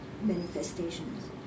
manifestations